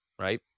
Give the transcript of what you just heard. right